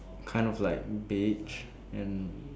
kind of like beach and